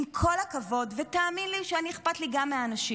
עם כל הכבוד, ותאמין לי שגם לי אכפת מאנשים,